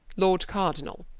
lord cardinall,